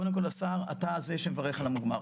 קדם כל, השר, אתה זה שמברך על המוגמר,